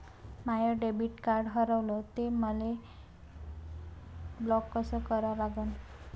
माय debit card हारवलं, मले ते ब्लॉक कस करा लागन?